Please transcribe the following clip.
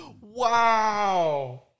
Wow